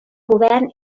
govern